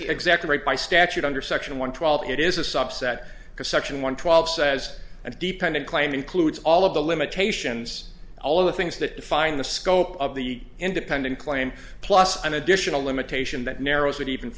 exactly right by statute under section one twelve it is a subset because section one twelve says and dependent claim includes all of the limitations all of the things that define the scope of the independent claim plus an additional limitation that narrows it even